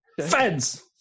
feds